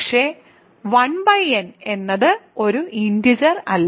പക്ഷേ 1n എന്നത് ഒരു ഇന്റിജെർ അല്ല